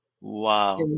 Wow